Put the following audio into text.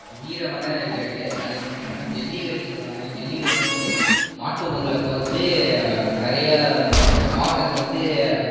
வீரமான விளையாட்டு அது மட்டும் இல்லாமல் ஜல்லிக்கட்டு சொல்லுவாங்க ஜல்லிக்கட்டு வந்து மாட்டு பொங்கல் அப்போ வந்து நிறையா மாவட்டத்தில் வந்து